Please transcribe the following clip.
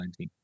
2019